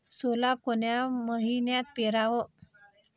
सोला कोन्या मइन्यात पेराव?